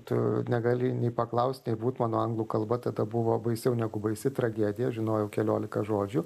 tu negali nei paklaust nei būt mano anglų kalba tada buvo baisiau negu baisi tragedija žinojau keliolika žodžių